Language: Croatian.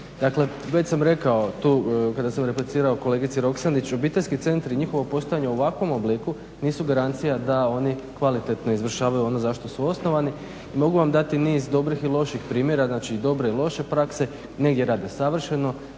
dakle već sam rekao tu kada sam replicirao kolegici Roksandić obiteljski centri i njihovo postojanje u ovakvom obliku nisu garancija da oni kvalitetno izvršavaju ono za što su osnovani i mogu vam dati niz dobrih i loših primjera, znači dobre i loše prakse, negdje radi savršeno